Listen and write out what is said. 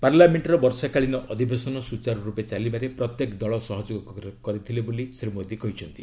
ପାର୍ଲାମେଷ୍ଟ୍ର ବର୍ଷାକାଳୀନ ଅଧିବେଶନ ସୁଚାରୁରୂପେ ଚାଲିବାରେ ପ୍ରତ୍ୟେକ ଦଳ ସହଯୋଗ କରିଥିଲେ ବୋଲି ଶ୍ରୀ ମୋଦି କହିଛନ୍ତି